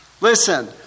Listen